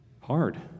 hard